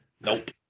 Nope